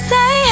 Say